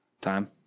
time